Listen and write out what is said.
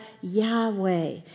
Yahweh